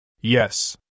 Yes